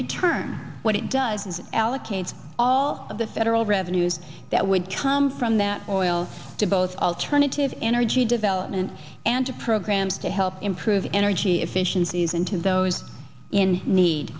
return what it does is it allocates all of the federal revenues that would come from that oil to both alternative energy development and to programs to help improve energy efficiencies and to those in need